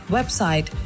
Website